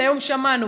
היום שמענו,